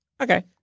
Okay